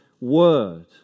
Word